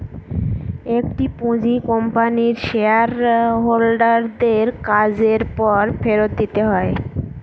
একটি পুঁজি কোম্পানির শেয়ার হোল্ডার দের কাজের পর ফেরত দিতে হয়